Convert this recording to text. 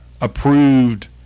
approved